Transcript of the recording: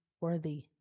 worthy